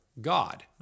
God